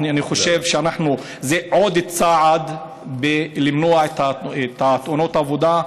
אני חושב שזה עוד צעד למנוע את תאונות העבודה.